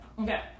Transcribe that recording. Okay